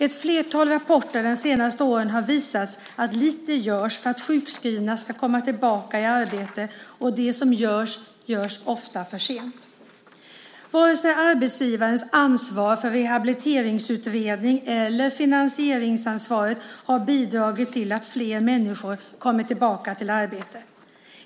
Ett flertal rapporter de senaste åren har visat att lite görs för att sjukskrivna ska komma tillbaka i arbete och det som görs görs ofta försent. Vare sig arbetsgivarens ansvar för rehabiliteringsutredning eller medfinansieringsansvaret har bidragit till att flera människor kommit tillbaka till arbete.